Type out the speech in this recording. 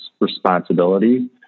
responsibility